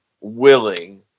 willing